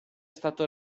stato